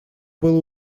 было